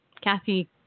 Kathy